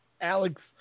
Alex